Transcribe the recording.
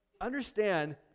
understand